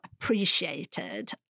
appreciated